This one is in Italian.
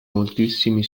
moltissimi